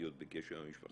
ולהיות בקשר עם המשפחה.